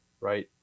right